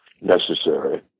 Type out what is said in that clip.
necessary